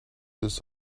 this